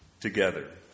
together